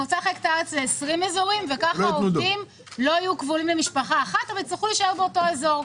ליותר אזורים וכך העובדים יצטרכו להישאר באותו אזור.